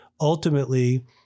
ultimately